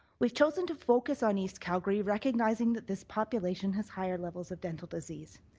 we've chosen to focus on east calgary recognizing that this population has higher levels of dental disease.